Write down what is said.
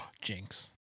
jinx